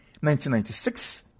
1996